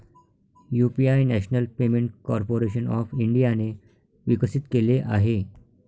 UPI national payment corporation of इंडियाने विकसित केले आहे